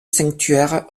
sanctuaires